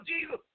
Jesus